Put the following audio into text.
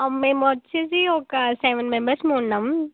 మేము వచ్చేసి ఒక సెవెన్ మెంబర్స్మి ఉన్నాం